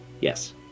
Yes